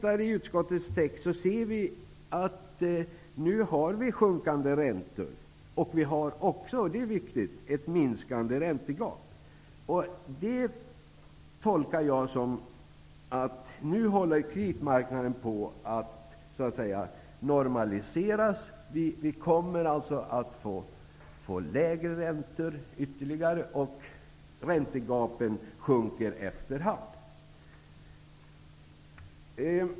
Av utskottets text framgår att vi har sjunkande räntor och ett -- det är viktigt -- minskande räntegap. Detta tolkar jag som att kreditmarknaden nu håller på att normaliseras. Vi kommer att få lägre räntor, och räntegapet kommer att minska efterhand.